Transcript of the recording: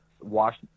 washed